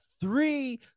three